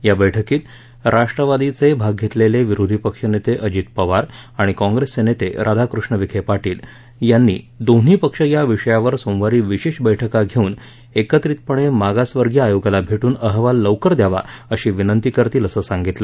या बैठकीत राष्ट्रवादीचे भाग घेतलेले विरोधी पक्ष नेते अजीत पवार आणि काँप्रेसचे नेते राधाकृष्ण विखे पाटील यांनी दोन्ही पक्ष या विषयावर सोमवारी विशेष बैठका घेऊन एकत्रपणे मागासवर्गीय आयोगाला भेटून अहवाल लवकर द्यावा अशी विनंती करतील असं सांगितलं